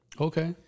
okay